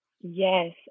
Yes